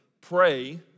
pray